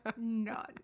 None